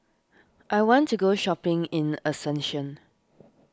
I want to go shopping in Asuncion